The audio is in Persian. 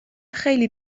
خیلی